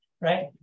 right